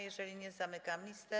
Jeżeli nie, zamykam listę.